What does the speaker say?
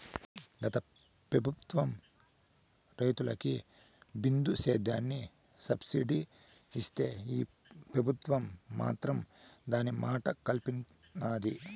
గత పెబుత్వం రైతులకి బిందు సేద్యానికి సబ్సిడీ ఇస్తే ఈ పెబుత్వం మాత్రం దాన్ని మంట గల్పినాది